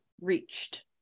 reached